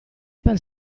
per